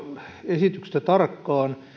esityksestä tarkkaan